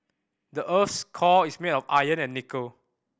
the earth's core is made of iron and nickel